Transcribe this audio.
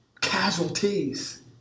casualties